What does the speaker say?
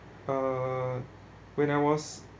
uh when I was